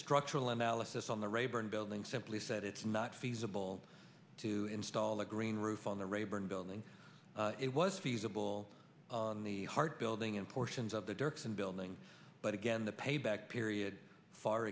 structural analysis on the rayburn building simply said it's not feasible to install the green roof on the rayburn building it was feasible in the hart building in portions of the dirksen building but again the payback period far